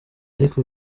ariko